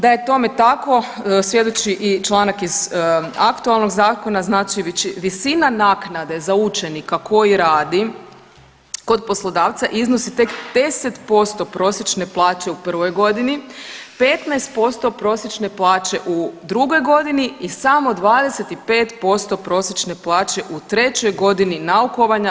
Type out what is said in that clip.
Da je tome tako svjedoči i članak iz aktualnog zakona, znači visina naknade za učenika koji radi kod poslodavca iznosi tek 10% prosječne plaće u prvoj godini, 15% prosječne plaće u drugoj godini i samo 25% prosječne plaće u trećoj godini naukovanja.